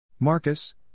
Marcus